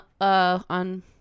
on